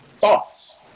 thoughts